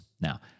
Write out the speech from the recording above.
Now